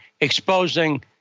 exposing